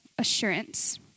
assurance